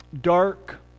Dark